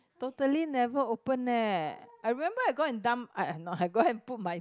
totally never open eh I remember I go and dump I I no I go and put my